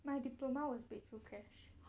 my diploma was paid through cash